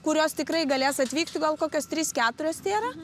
kurios tikrai galės atvykti gal kokios trys keturios tėra